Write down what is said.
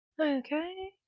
Okay